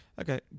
Okay